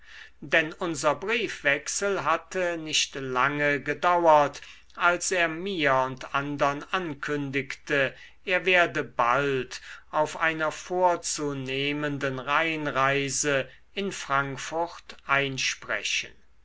denn unser briefwechsel hatte nicht lange gedauert als er mir und andern ankündigte er werde bald auf einer vorzunehmenden rheinreise in frankfurt einsprechen